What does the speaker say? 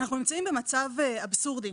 אנחנו נמצאים במצב אבסורדי,